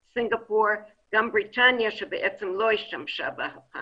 סינגפור, גם בריטניה שלא השתמשה בה,